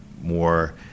more